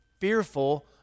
fearful